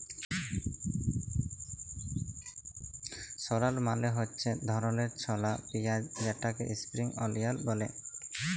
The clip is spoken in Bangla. শালট মালে হছে ইক ধরলের ছলা পিয়াঁইজ যেটাকে ইস্প্রিং অলিয়াল ব্যলে